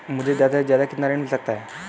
मुझे ज्यादा से ज्यादा कितना ऋण मिल सकता है?